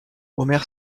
omer